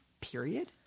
period